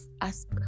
ask